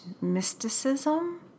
mysticism